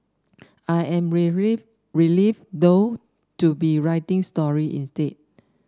I am relieved though to be writing story instead